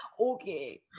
Okay